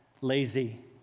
lazy